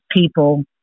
people